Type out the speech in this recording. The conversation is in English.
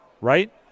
Right